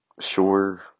sure